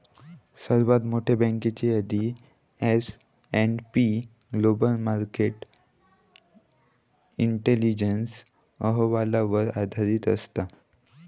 सर्वात मोठयो बँकेची यादी S and P Global Market Intelligence अहवालावर आधारित असत